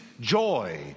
joy